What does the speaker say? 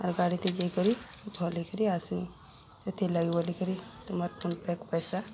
ଆଉ ଗାଡ଼ିତେ ଯାଇକରି ଭଲ୍ ହେଇକରି ଆସୁନି ସେଥିର୍ଲାଗି ବୋଲିକରି ତୁମର ଫୋନ୍ ପ୍ୟାକ୍ ପଇସା